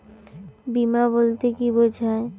বিমা বলতে কি বোঝায়?